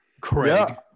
Craig